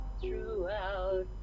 throughout